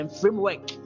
framework